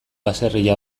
baserria